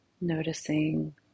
noticing